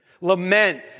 Lament